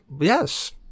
yes